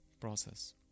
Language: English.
process